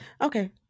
okay